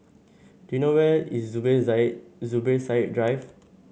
do you know where is Zubir Zubir Said Drive